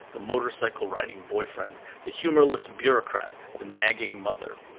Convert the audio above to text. the motorcycle riding boyfriend, the humorless bureaucrat, the nagging mother.